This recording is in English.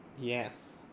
Yes